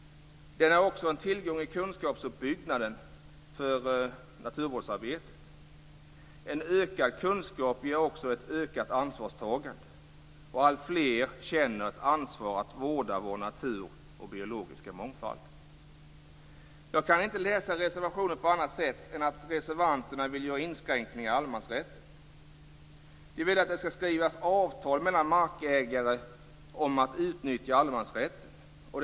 Den är också en tillgång i kunskapsuppbyggnaden för naturvårdsarbetet. En ökad kunskap ger också ett ökat ansvarstagande, och alltfler känner ett ansvar att vårda vår natur och biologiska mångfald. Jag kan inte läsa reservationen på annat sätt än att reservanterna vill göra inskränkningar i allemansrätten. De vill att det ska skrivas avtal med markägare om att utnyttja allemansrätten.